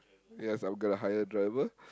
yes I'm gonna hire a driver